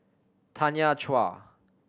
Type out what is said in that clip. Tanya Chua